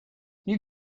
you